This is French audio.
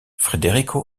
federico